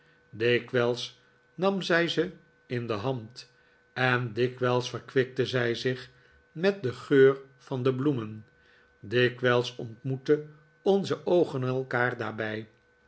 dikwijls nam zij ze in de hand en dikwijls verkwikte zij zich met den geur van de bloemen dikwijls ontmoetten onze oogen elkaar daarbij